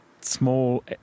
small